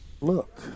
Look